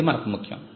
ఇది మనకు ముఖ్యం